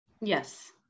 Yes